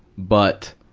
but,